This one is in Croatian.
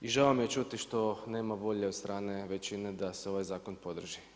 I žao mi je ćuti što nema volje od strane većine da se ovaj zakon podrži.